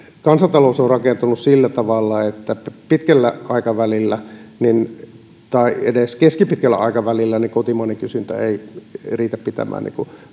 kansantalous on rakentunut sillä tavalla että pitkällä aikavälillä tai edes keskipitkällä aikavälillä kotimainen kysyntä ei ei riitä pitämään